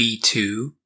B2